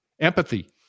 empathy